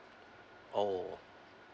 oh